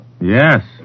Yes